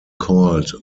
called